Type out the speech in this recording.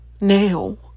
Now